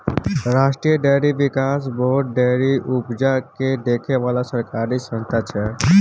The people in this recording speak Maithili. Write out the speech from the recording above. राष्ट्रीय डेयरी बिकास बोर्ड डेयरी उपजा केँ देखै बला सरकारी संस्था छै